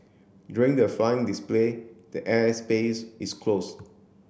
during the flying display the air space is closed